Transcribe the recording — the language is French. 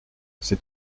c’est